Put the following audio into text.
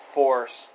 force